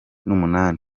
n’umunani